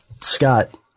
Scott